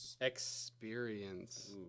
experience